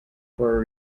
for